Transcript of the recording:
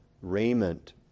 raiment